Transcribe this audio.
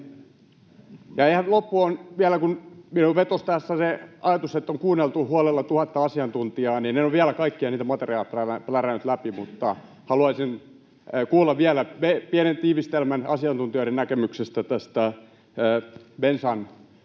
Ja ihan loppuun vielä: kun minuun vetosi tässä se ajatus, että on kuunneltu huolella tuhatta asiantuntijaa, niin en ole vielä kaikkia niitä materiaaleja plärännyt läpi, mutta haluaisin kuulla vielä pienen tiivistelmän asiantuntijoiden näkemyksestä tästä bensan